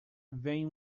vem